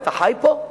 אתה חי פה?